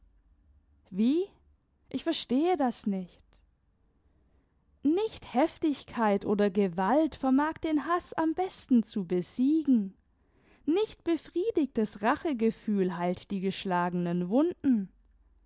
wie ich verstehe das nicht nicht heftigkeit oder gewalt vermag den haß am besten zu besiegen nicht befriedigtes rachegefühl heilt die geschlagenen wunden